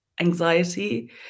anxiety